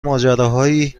ماجراهایی